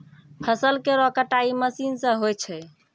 फसल केरो कटाई मसीन सें होय छै